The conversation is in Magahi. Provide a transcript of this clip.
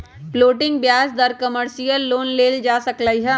फ्लोटिंग ब्याज पर कमर्शियल लोन लेल जा सकलई ह